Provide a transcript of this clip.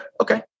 okay